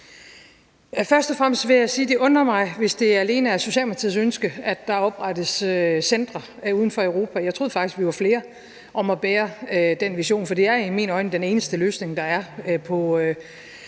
sige, at det undrer mig, hvis det alene er Socialdemokratiets ønske, at der oprettes centre uden for Europa. Jeg troede faktisk, at vi var flere om at bære den vision, for det er i mine øjne den eneste løsning, der er, på